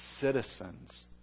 citizens